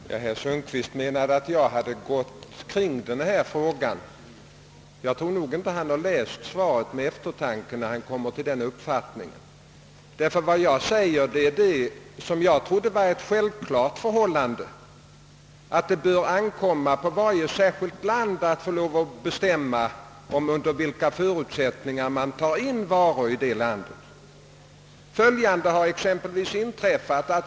Herr talman! Herr Sundkvist ansåg att jag hade gått omkring denna fråga. Om han kunnat få den uppfattningen tror jag inte att han har läst svaret med eftertanke. Jag säger däri vilket jag trodde var ett självklart förhållande — att det bör ankomma på varje särskilt land att bestämma under vilka förutsättningar man tar in varor i det egna landet. Följande har exempelvis inträffat.